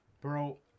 Bro